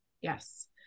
Yes